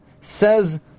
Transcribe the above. says